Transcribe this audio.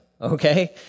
okay